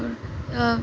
আর